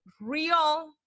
real